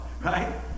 right